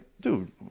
dude